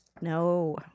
No